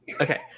Okay